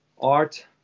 art